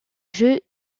jeux